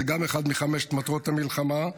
זו גם אחת מחמש מטרות המלחמה.